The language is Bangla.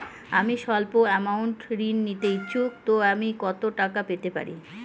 আমি সল্প আমৌন্ট ঋণ নিতে ইচ্ছুক তো আমি কত টাকা পেতে পারি?